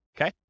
Okay